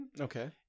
Okay